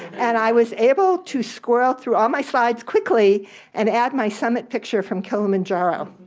and i was able to squirrel through all my slides quickly and add my summit picture from kilimanjaro.